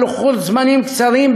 בלוחות זמנים קצרים,